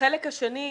בחלק השני,